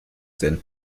denn